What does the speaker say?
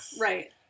Right